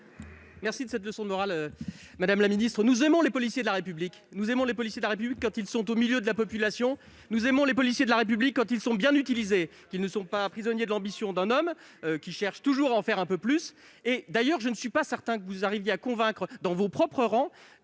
Merci de cette leçon de morale, madame la ministre. Nous aimons les policiers de la République ! Nous aimons les policiers de la République quand ils sont au milieu de la population ! Nous aimons les policiers de la République quand ils sont bien employés, qu'ils ne sont pas prisonniers de l'ambition d'un homme cherchant toujours à en faire plus ! D'ailleurs, monsieur le Premier ministre, je ne suis pas certain que vous arriviez à convaincre, dans vos propres rangs,